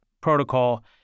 protocol